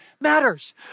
matters